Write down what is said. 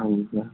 हाँ जी भैया